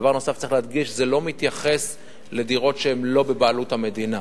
דבר נוסף שצריך להדגיש: זה לא מתייחס לדירות שהן לא בבעלות המדינה,